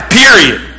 period